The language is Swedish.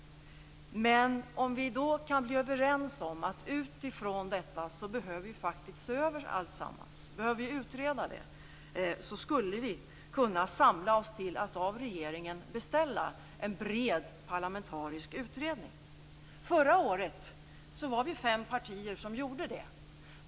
Men om vi kan bli överens om att vi utifrån detta behöver se över alltsammans, utreda det, skulle vi kunna samla oss till att av regeringen beställa en bred parlamentarisk utredning. Förra året var vi fem partier som gjorde det.